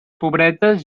pobretes